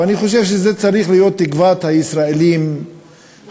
ואני חושב שזו צריכה להיות תקוות הישראלים השפויים,